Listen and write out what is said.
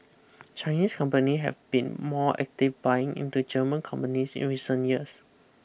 Chinese company have been more active buying into German companies in recent years